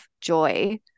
joy